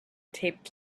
taped